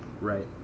Right